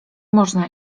można